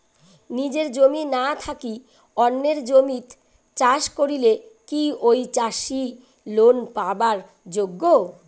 নিজের জমি না থাকি অন্যের জমিত চাষ করিলে কি ঐ চাষী লোন পাবার যোগ্য?